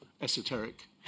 esoteric